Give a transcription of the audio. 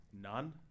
None